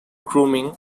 grooming